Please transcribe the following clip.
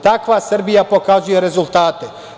Takva Srbija pokazuje rezultate.